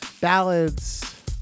ballads